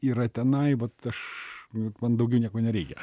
yra tenai vat aš man daugiau nieko nereikia